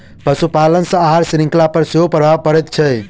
पशुपालन सॅ आहार शृंखला पर सेहो प्रभाव पड़ैत छै